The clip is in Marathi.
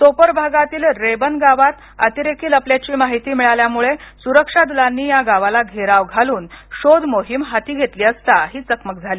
सोपोर भागातील रेबन गावात अतिरेकी लपल्याची माहिती मिळाल्यामुळे सुरक्षा दलांनी या गावाला घेराव घालून शोध मोहीम हाती घेतली असता ही चकमक झाली